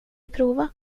prova